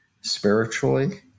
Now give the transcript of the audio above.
spiritually